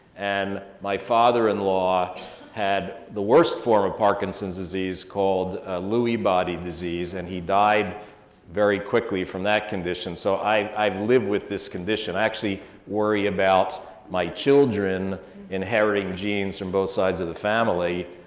and my father-in-law had the worst form of parkinson's disease called lewy body disease, and he died very quickly from that condition. so i've lived with this condition. i actually worry about my children inheriting genes from both sides of the family,